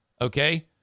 Okay